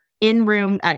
in-room